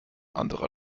anderer